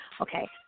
Okay